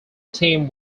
team